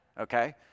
okay